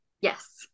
Yes